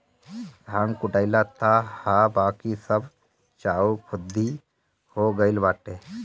धान कुटाइल तअ हअ बाकी सब चाउर खुद्दी हो गइल बाटे